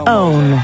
own